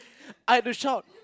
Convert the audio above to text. I had to shout